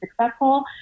successful